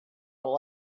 will